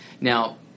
Now